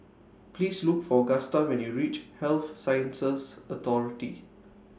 Please Look For Gusta when YOU REACH Health Sciences Authority